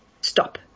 stop